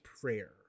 prayer